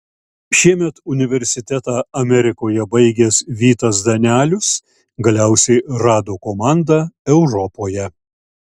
šiemet universitetą amerikoje baigęs vytas danelius galiausiai rado komandą europoje